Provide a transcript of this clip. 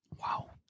wow